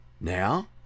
now